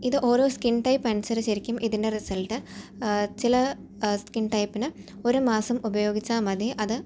ഇത് ഓരോ skin type അൻസരിച്ചിരിക്കും ഇതിൻ്റെ റിസൽറ്റ് ചില സ്കിൻ ടൈപിന് ഒരു മാസം ഉപയോഗിച്ചാൽ മതി അത്